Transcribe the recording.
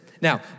now